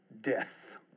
death